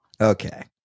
Okay